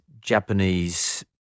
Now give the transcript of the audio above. Japanese